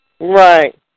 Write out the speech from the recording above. right